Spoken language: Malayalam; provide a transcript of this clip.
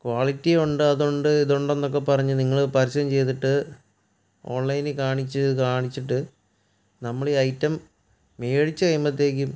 ക്വാളിറ്റി ഉണ്ട് അതുണ്ട് ഇതുണ്ട് എന്നൊക്കെ പറഞ്ഞു നിങ്ങൾ പരസ്യം ചെയ്തിട്ട് ഓൺലൈനിൽ കാണിച്ച് കാണിച്ചിട്ട് നമ്മൾ ഈ ഐറ്റ മേടിച്ച് കഴിയുമ്പോഴ്ത്തേക്കും